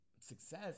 success